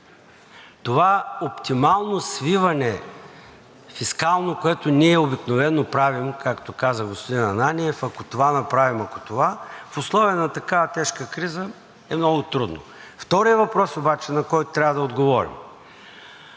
Това оптимално свиване – фискално, което ние обикновено правим, както каза господин Ананиев, ако това направим, в условия на такава тежка криза, е много трудно. Вторият въпрос обаче, на който трябва да отговорим,